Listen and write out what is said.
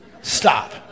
Stop